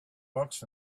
books